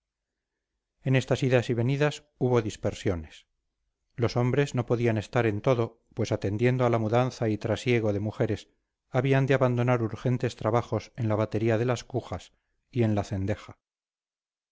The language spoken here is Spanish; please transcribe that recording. en estas idas y venidas hubo dispersiones los hombres no podrían estar en todo pues atendiendo a la mudanza y trasiego de mujeres habían de abandonar urgentes trabajos en la batería de las cujas y en la cendeja